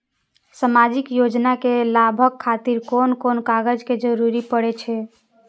सामाजिक योजना के लाभक खातिर कोन कोन कागज के जरुरत परै छै?